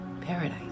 Paradise